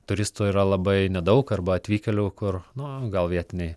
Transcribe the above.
turistų yra labai nedaug arba atvykėlių kur nu gal vietiniai